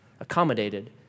accommodated